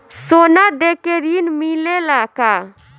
सोना देके ऋण मिलेला का?